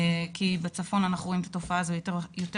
כי בצפון אנחנו רואים את התופעה הזו יותר רחבה.